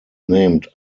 named